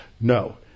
No